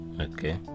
okay